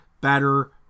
better